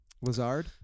Lazard